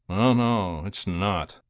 oh, no, it's not!